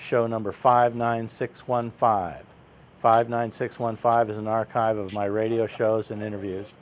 show number five nine six one five five nine six one five is an archive of my radio shows and interviews